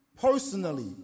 Personally